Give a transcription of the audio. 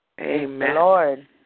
Amen